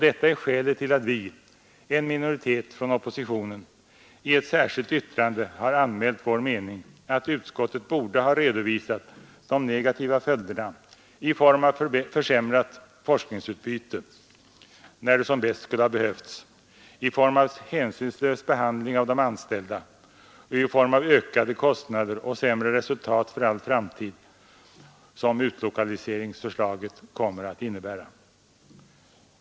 Detta är skälet till att vi — en minoritet från oppositionen — i ett särskilt yttrande anmält vår mening att utskottet borde ha redovisat de negativa följderna i form av försämrat forskningsutbyte när det som bäst hade behövts, i form av hänsynslös behandling av de anställda och i form av ökade kostnader och sämre resultat för all framtid, som utlokaliseringsförslaget kommer att innebära.